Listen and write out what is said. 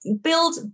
build